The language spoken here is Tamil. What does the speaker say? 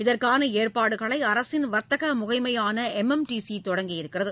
இதற்கான ஏற்பாடுகளை அரசின் வர்த்தக முகமையான எம் எம் டி சி தொடங்கியுள்ளது